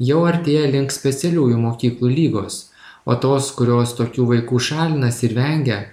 jau artėja link specialiųjų mokyklų lygos o tos kurios tokių vaikų šalinasi ir vengia